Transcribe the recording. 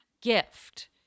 gift